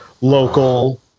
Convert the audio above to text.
local